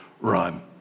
Run